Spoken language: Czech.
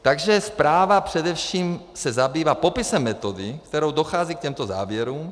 Takže zpráva se především zabývá popisem metody, kterou dochází k těmto závěrům.